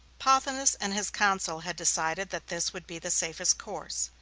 pothinus and his council had decided that this would be the safest course.